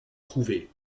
trouvé